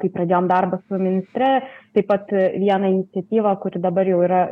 kai pradėjom darbą su ministre taip pat vieną iniciatyvą kuri dabar jau yra